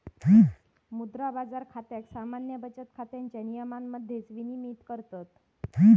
मुद्रा बाजार खात्याक सामान्य बचत खात्याच्या नियमांमध्येच विनियमित करतत